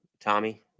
Tommy